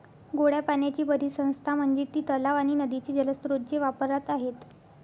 गोड्या पाण्याची परिसंस्था म्हणजे ती तलाव आणि नदीचे जलस्रोत जे वापरात आहेत